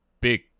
Big